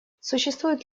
существует